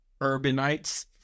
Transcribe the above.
urbanites